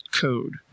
code